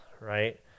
right